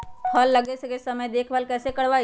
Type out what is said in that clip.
फल लगे के समय देखभाल कैसे करवाई?